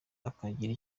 akagira